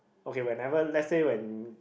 okay whenever let's say when